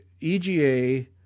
EGA